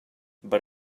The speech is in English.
but